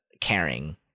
caring